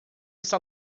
está